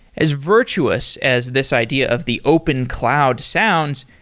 as virtuous as this idea of the open cloud sounds,